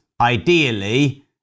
Ideally